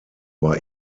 war